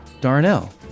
Darnell